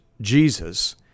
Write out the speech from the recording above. Jesus